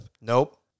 Nope